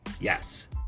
Yes